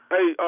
Hey